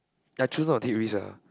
I choose not to take risk ah